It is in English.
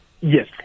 Yes